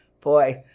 Boy